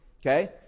Okay